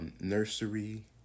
nursery